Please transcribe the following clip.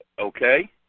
Okay